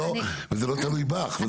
וזה אפילו לא תלוי בך.